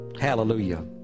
Hallelujah